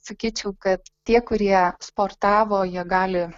sakyčiau kad tie kurie sportavo jie gali